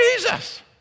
Jesus